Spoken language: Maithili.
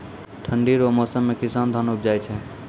ठंढी रो मौसम मे किसान धान उपजाय छै